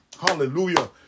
Hallelujah